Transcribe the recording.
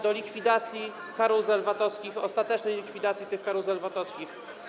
do likwidacji karuzel VAT-owskich, ostatecznej likwidacji tych karuzel VAT-owskich.